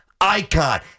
icon